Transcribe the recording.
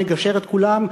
נגשר את כולם,